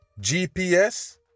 GPS